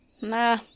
Nah